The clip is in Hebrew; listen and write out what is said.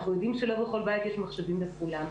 אנחנו יודעים שלא בכל בית יש מחשבים לכולם,